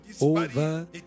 over